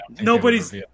nobody's